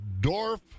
DORF